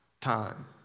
time